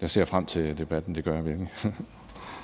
Jeg ser frem til debatten – det gør jeg virkelig.